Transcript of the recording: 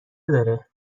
داره